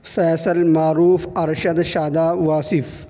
Faisal Maroof Arshad Shadab Wasif